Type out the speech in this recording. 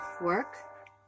work